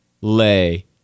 lay